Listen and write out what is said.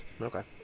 Okay